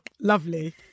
Lovely